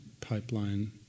pipeline